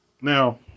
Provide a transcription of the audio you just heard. Now